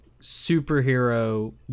superhero